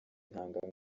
ntanga